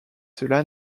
cela